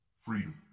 Freedom